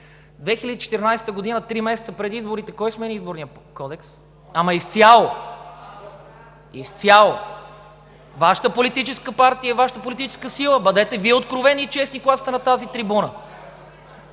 Ченчев, три месеца преди изборите 2014 г. кой смени Изборния кодекс – ама, изцяло? Изцяло! Вашата Политическа партия и Вашата политическа сила. Бъдете Вие откровени и честни, когато сте на тази трибуна!